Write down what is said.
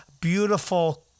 Beautiful